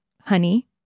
Honey